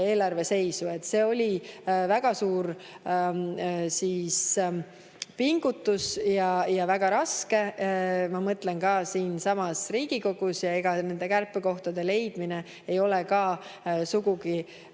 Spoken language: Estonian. eelarve seisu. See oli väga suur pingutus ja väga raske, ma mõtlen ka siin Riigikogus. Ega kärpekohtade leidmine ei ole ka sugugi